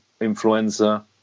influenza